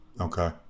okay